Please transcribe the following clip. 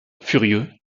furieux